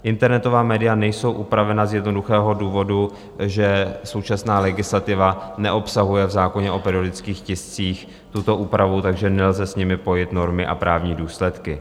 Internetová média nejsou upravena z jednoduchého důvodu, že současná legislativa neobsahuje v zákoně o periodických tiscích tuto úpravu, takže nelze s nimi pojit normy a právní důsledky.